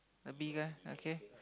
the B guy okay